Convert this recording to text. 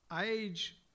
Age